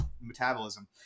metabolism